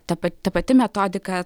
ta pat ta pati metodika